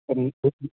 আৰু